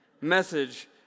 message